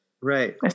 Right